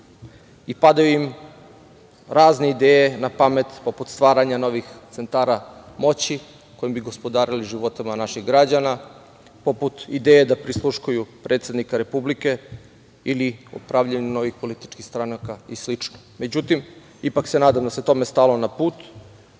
i padaju im razne ideje na pamet, poput stvaranja novih centara moći kojim bi gospodarili životima naših građana, poput ideje da prisluškuju predsednika Republike ili pravljenje novih političkih stranaka i slično.Međutim, ipak se nadam da se tome stalo na put